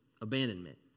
abandonment